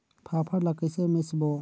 फाफण ला कइसे मिसबो?